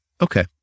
okay